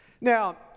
Now